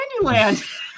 Candyland